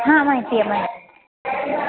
हा माहिती आहे माहिती